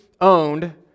owned